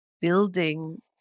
building